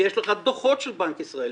ויש לך דו"חות של בנק ישראל,